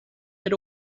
had